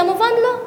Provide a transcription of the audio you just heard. כמובן לא.